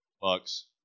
Bucks